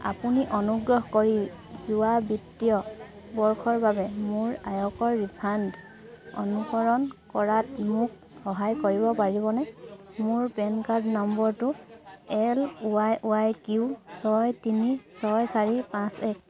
আপুনি অনুগ্ৰহ কৰি যোৱা বিত্তীয় বৰ্ষৰ বাবে মোৰ আয়কৰ ৰিফাণ্ড অনুসৰণ কৰাত মোক সহায় কৰিব পাৰিবনে মোৰ পেন কাৰ্ড নম্বৰটো এল ৱাই ৱাই কিউ ছয় তিনি ছয় চাৰি পাঁচ এক